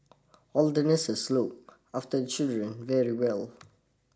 all the nurses look after the children very well